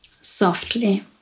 Softly